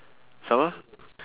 some more